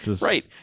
Right